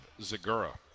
Zagura